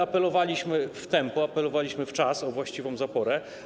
Apelowaliśmy o tempo, apelowaliśmy w czas o właściwą zaporę.